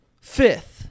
fifth